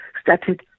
started